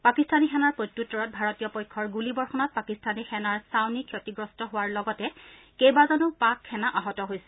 পাকিস্তানী সেনাৰ প্ৰত্যুত্তৰত ভাৰতীয় পক্ষৰ গুলীবৰ্ষণত পাকিস্তানী সেনাৰ ছাউনী ক্ষতিগ্ৰস্ত হোৱাৰ লগতে কেইবাজনো পাক সেনা আহত হৈছে